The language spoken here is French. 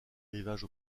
rivages